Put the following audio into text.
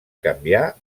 canviar